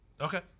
Okay